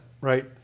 right